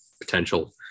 potential